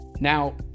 Now